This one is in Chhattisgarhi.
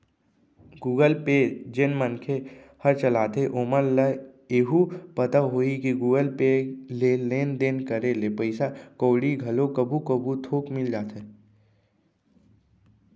गुगल पे जेन मनखे हर चलाथे ओमन ल एहू पता होही कि गुगल पे ले लेन देन करे ले पइसा कउड़ी घलो कभू कभू थोक मिल जाथे